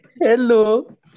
hello